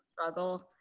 struggle